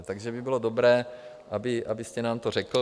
Takže by bylo dobré, abyste nám to řekl.